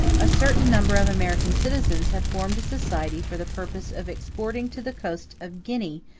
a certain number of american citizens have formed a society for the purpose of exporting to the coast of guinea,